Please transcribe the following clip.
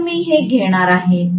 तर मी हे घेणार आहे